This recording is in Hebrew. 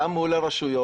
גם מול הרשויות.